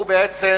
הוא בעצם